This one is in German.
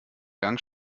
gang